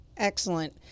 excellent